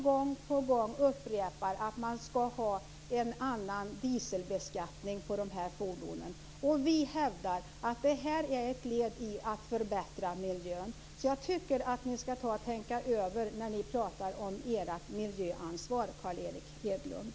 Gång på gång upprepar ni att man skall ha en annan dieselbeskattning av dem. Vi hävdar att det här är ett led i att förbättra miljön. Jag tycker att ni skall tänka över detta med ert miljöansvar, Carl Erik Hedlund.